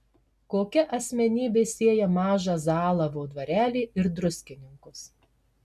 kokia asmenybė sieja mažą zalavo dvarelį ir druskininkus